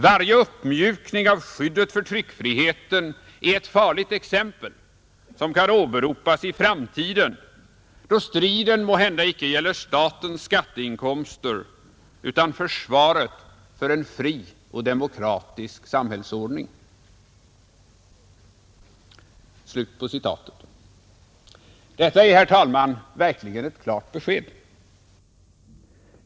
Varje uppmjukning av skyddet för tryckfriheten är ett farligt exempel, som kan åberopas i framtiden, då striden måhända icke gäller statens skatteinkomster utan försvaret för en fri och demokratisk samhällsordning.” Detta är, herr talman, verkligen klart besked.